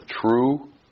true